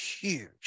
huge